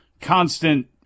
constant